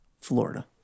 Florida